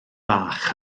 fach